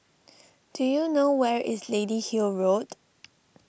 do you know where is Lady Hill Road